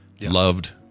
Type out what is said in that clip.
Loved